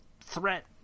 threat